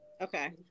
Okay